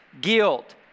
guilt